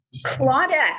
Claudette